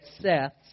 Seth's